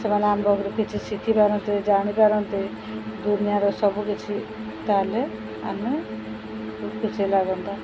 ସେମାନେ ଆମ ପୁାଖରୁ କିଛି ଶିଖିପାରନ୍ତେ ଜାଣିପାରନ୍ତେ ଦୁନିଆଁର ସବୁକିଛି ତାହେଲେ ଆମେ ଖୁସି ଲାଗନ୍ତା